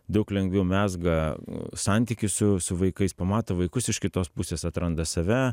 daug lengviau mezga santykius su su vaikais pamato vaikus iš kitos pusės atranda save